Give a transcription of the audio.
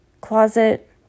closet